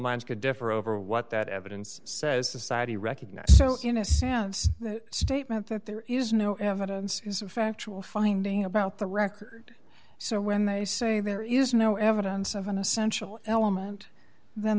minds could differ over what that evidence says society recognise so in a sense that statement that there is no evidence is a factual finding about the record so when they say there is no evidence of an essential element then